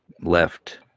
left